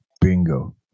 Bingo